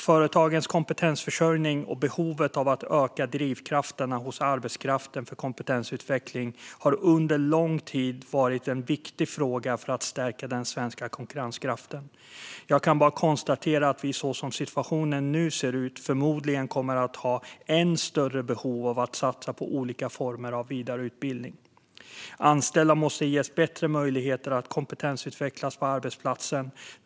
Företagens kompetensförsörjning och behovet av att öka drivkrafterna hos arbetskraften för kompetensutveckling har under lång tid varit en viktig fråga för att stärka den svenska konkurrenskraften. Jag kan bara konstatera att vi som situationen nu ser ut förmodligen kommer att ha än större behov av att satsa på olika former av vidareutbildning. Anställda måste ges bättre möjligheter att kompetensutvecklas på arbetsplatsen.